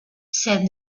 said